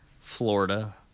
Florida